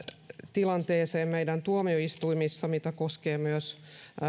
tilanteeseen meidän tuomioistuimissa mikä koskee myös